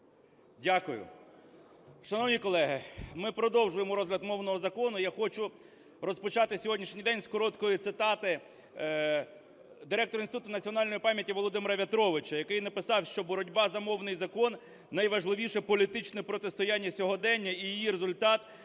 Дякую. Шановні колеги, ми продовжуємо розгляд мовного закону. Я хочу розпочати сьогоднішній день з короткої цитати директора Інституту національної пам'яті Володимира В'ятровича, який написав, що боротьба за мовний закон – найважливіше політичне протистояння сьогодення і її результат